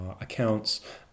accounts